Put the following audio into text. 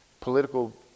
political